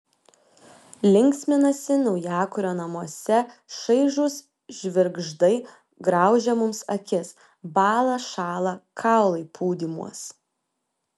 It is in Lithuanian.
linksminasi naujakurio namuose šaižūs žvirgždai graužia mums akis bąla šąla kaulai pūdymuos